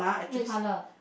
red colour